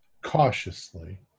Cautiously